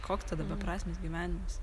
koks tada beprasmis gyvenimas